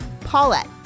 Paulette